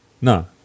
No